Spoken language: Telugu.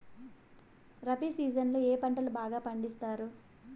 రబి సీజన్ లో ఏ పంటలు బాగా పండిస్తారు